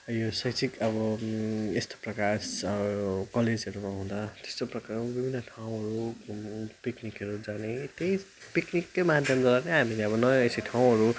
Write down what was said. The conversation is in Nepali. यो शैक्षिक अब यस्तो प्रकार कलेजहरूमा हुँदा त्यस्तो प्रकार विभिन्न ठाउँहरू पिक्निकहरू जाने त्यही पिक्निककै माध्यमद्वारा नै हामीले अब नयाँ यसरी ठाउँहरू